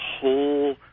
whole